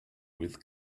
with